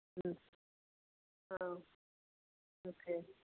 മ്മ് ആ ഓക്കേ